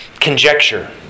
conjecture